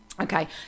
Okay